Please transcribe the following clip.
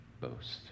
boast